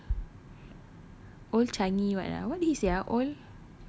old old changi what ah what did he say ah old